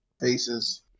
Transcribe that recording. faces